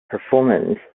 performance